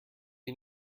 you